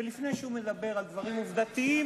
ולפני שהוא מדבר על דברים עובדתיים,